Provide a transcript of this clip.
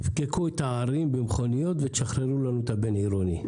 תפקקו את הערים במכוניות ותשחררו לנו את הבין-עירוני.